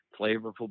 flavorful